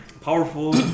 powerful